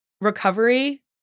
recovery